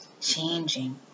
changing